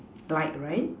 like right